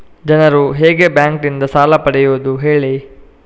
ಜನರು ಹೇಗೆ ಬ್ಯಾಂಕ್ ನಿಂದ ಸಾಲ ಪಡೆಯೋದು ಹೇಳಿ